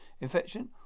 Infection